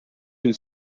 une